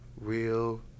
real